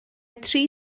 tri